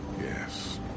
yes